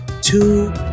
two